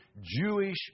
Jewish